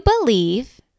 believe